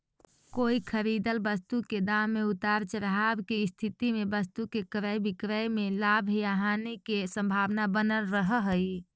कोई खरीदल वस्तु के दाम में उतार चढ़ाव के स्थिति में वस्तु के क्रय विक्रय में लाभ या हानि के संभावना बनल रहऽ हई